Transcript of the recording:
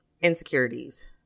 insecurities